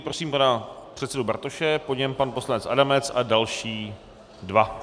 Prosím pana předsedu Bartoše, po něm pan poslanec Adamec a další dva.